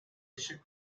issued